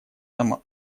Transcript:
там